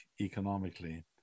economically